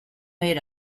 era